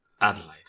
Adelaide